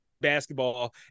basketball